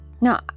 Now